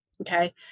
Okay